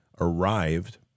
arrived